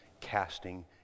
casting